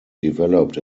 developed